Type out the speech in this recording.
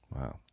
Wow